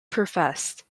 professed